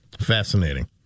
fascinating